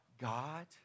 God